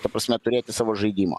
ta prasme turėti savo žaidimo